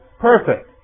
Perfect